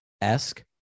esque